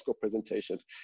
presentations